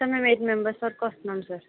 sir మేము eight members వరకు వస్తున్నాం సార్